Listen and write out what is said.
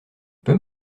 peux